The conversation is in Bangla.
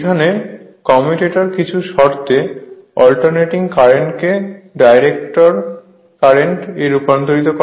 এখানে কমিউটেটর কিছু শর্তে অল্টারনেটিং কারেন্টকে ডাইরেক্ট কারেন্ট এ রূপান্তর করে